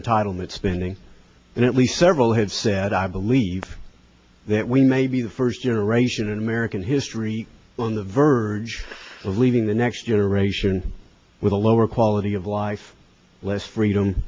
entitlement spending and at least several had said i believe that we may be the first generation in american history on the verge of leaving the next generation with a lower quality of life less freedom